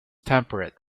temperate